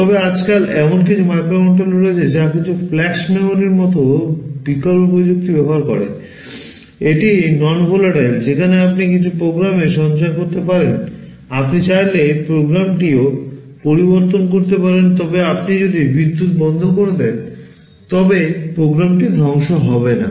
তবে আজকাল এমন কিছু মাইক্রোকন্ট্রোলার রয়েছে যা কিছু ফ্ল্যাশ memory এর মতো বিকল্প প্রযুক্তি ব্যবহার করে এটি non volatile যেখানে আপনি কিছু প্রোগ্রাম সঞ্চয় করতে পারেন আপনি চাইলে প্রোগ্রামটিও পরিবর্তন করতে পারেন তবে আপনি যদি বিদ্যুৎ বন্ধ করে দেন তবে প্রোগ্রামটি ধ্বংস হয় না